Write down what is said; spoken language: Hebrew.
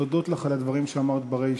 להודות לך על הדברים שאמרת ברישה.